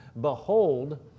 behold